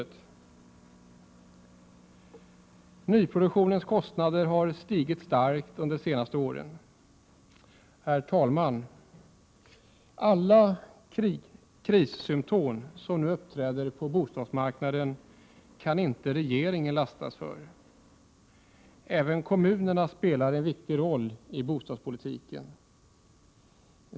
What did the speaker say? Oo Nyproduktionens kostnader har stigit starkt under de senaste åren. Herr talman! Alla krissymptom som nu uppträder på bostadsmarknaden kan inte regeringen lastas för. Även kommunerna spelar en viktig roll i bostadspolitiken.